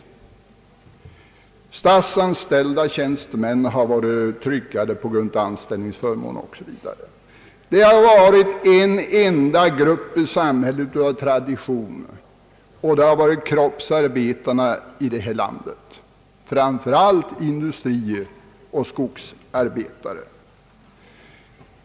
De statsanställda tjänstemännen har varit tryggade på grund av anställningsförmåner o.s.v. En enda grupp i samhället har av tradition haft arbetslöshetshotet över sig nämligen kroppsarbetarna, framför allt industriarbetare och skogsarbetare.